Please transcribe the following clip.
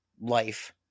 life